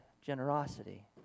generosity